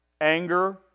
anger